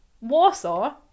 Warsaw